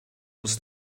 was